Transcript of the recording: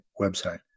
website